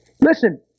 Listen